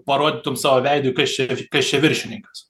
parodytum savo veidui kas čia kas čia viršininkas